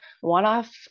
one-off